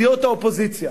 שסיעות האופוזיציה,